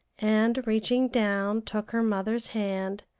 and reaching down took her mother's hand,